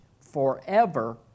forever